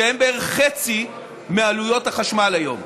שהם בערך חצי מעלויות החשמל היום.